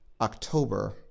October